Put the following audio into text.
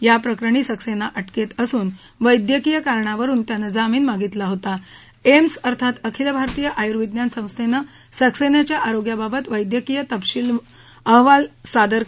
या प्रकरणी सक्सेना अटकेत असून वैद्यकीय कारणावरुन त्यानं जामीन मागितला एम्स अर्थात अखिल भारतीय आयुर्विज्ञान संस्थेनं सक्सेनाच्या आरोग्याबाबत वैद्यकीय तपशीलवार अहवाल सादर होता